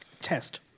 test